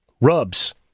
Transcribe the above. Rubs